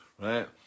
right